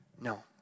No